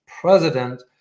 president